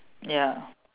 ya